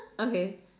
okay